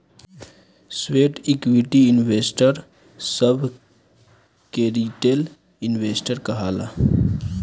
sweat equity investor सभ के retail investor कहाला